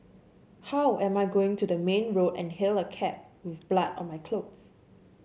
how am I going to the main road and hail a cab with blood on my clothes